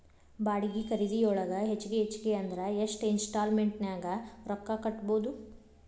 ಬಾಡ್ಗಿ ಖರಿದಿಯೊಳಗ ಹೆಚ್ಗಿ ಹೆಚ್ಗಿ ಅಂದ್ರ ಯೆಷ್ಟ್ ಇನ್ಸ್ಟಾಲ್ಮೆನ್ಟ್ ನ್ಯಾಗ್ ರೊಕ್ಕಾ ಕಟ್ಬೊದು?